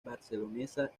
barcelonesa